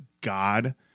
God